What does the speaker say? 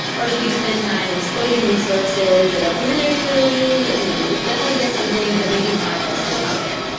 or should you spend time exploiting resources that are familiar to you, you know you'll definitely get something, but maybe it's not the best thing out there.